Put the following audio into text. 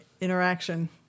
interaction